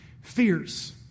fears